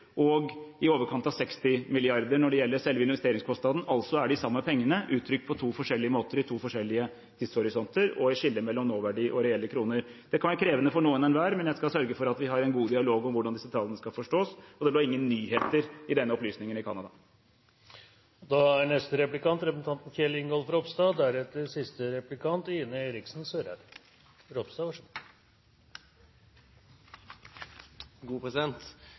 og i overkant av 60 mrd. kr når det gjelder selve investeringskostnaden, altså er de samme pengene, uttrykt på to forskjellige måter i to forskjellige tidshorisonter og i skille mellom nåverdi og reelle kroner. Det kan være krevende for noen hver, men jeg skal sørge for at vi har en god dialog om hvordan disse tallene skal forstås, og det er da ingen nyheter i